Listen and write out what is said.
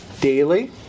daily